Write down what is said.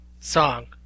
song